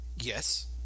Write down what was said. yes